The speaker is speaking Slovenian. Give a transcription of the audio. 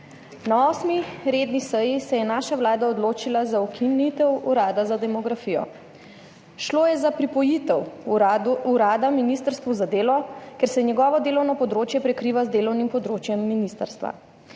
Na 8. redni seji se je naša vlada odločila za ukinitev Urada za demografijo. Šlo je za pripojitev urada Ministrstvu za delo, ker se njegovo delovno področje prekriva z delovnim področjem ministrstva.